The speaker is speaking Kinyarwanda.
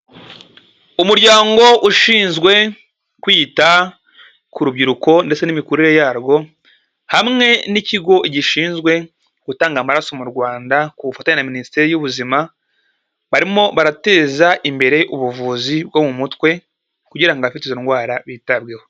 Umuryango ushinzwe kwita ku rubyiruko ndetse n'imikurire yarwo hamwe n'ikigo gishinzwe gutanga amaraso mu Rwanda ku bufatanye na minisiteri y'ubuzima, barimo barateza imbere ubuvuzi bwo mu mutwe kugira ngo abafite izo ndwara bitabweho.